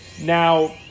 Now